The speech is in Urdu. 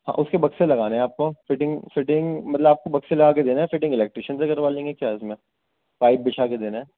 ہاں اس کے بکسے لگانے ہیں آپ کو فٹنگ سٹنگ مطلب آپ کو بکسے لگا کے دینا ہے فٹنگ الیکٹشین سے کروا لیں گے کیا ہے اس میں پائپ بچھا کے دینا ہے